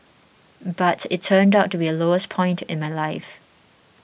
but it turned out to be the lowest point in my life